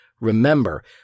remember